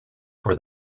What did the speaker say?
for